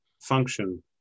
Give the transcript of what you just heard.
function